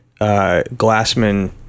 Glassman